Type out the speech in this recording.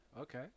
okay